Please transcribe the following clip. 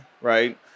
right